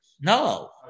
No